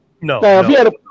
No